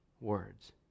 words